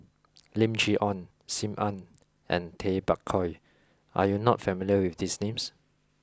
Lim Chee Onn Sim Ann and Tay Bak Koi are you not familiar with these names